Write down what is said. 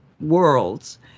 worlds